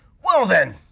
well then,